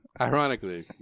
Ironically